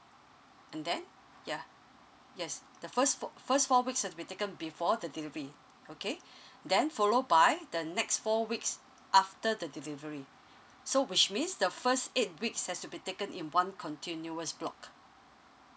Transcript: and then ya yes the first fo~ first four weeks has to be taken before the delivery okay then follow by the next four weeks after the delivery so which means the first eight weeks has to be taken in one continuous block